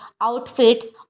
outfits